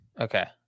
Okay